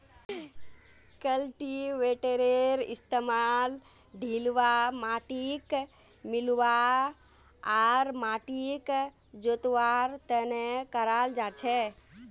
कल्टीवेटरेर इस्तमाल ढिलवा माटिक मिलव्वा आर माटिक जोतवार त न कराल जा छेक